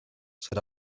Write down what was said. serà